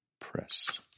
Press